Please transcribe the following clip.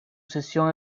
sesión